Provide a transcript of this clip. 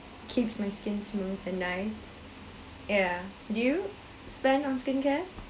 keeps my skin smooth and nice yeah do you spend on skincare